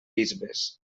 bisbes